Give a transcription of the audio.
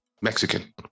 Mexican